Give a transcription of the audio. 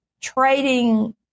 trading